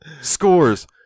scores